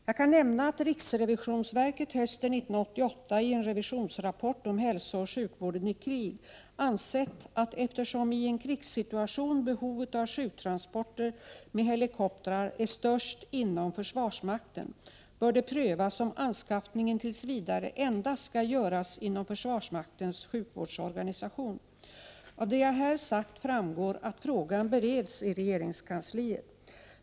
Jag kan nämna att riksrevisionsverket hösten 1988 i en revisionsrapport om hälsooch sjukvården i krig ansett, att eftersom i en krigssituation behovet av sjuktransporter med helikopter är störst inom försvarsmakten, bör det prövas om anskaffningen tills vidare endast skall göras inom försvarsmaktens sjukvårdsorganisation. Av det jag här sagt framgår att frågan bereds i regeringskansliet.